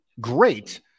great